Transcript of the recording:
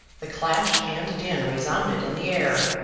the clash and din resounded in the air.